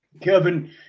kevin